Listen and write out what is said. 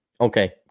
okay